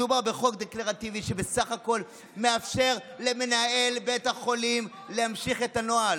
מדובר בחוק דקלרטיבי שבסך הכול מאפשר למנהל בית החולים להמשיך את הנוהל.